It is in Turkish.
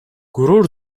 gurur